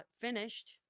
finished